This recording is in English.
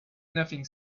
nothing